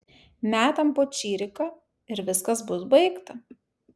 metam po čiriką ir viskas bus baigta